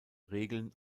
regeln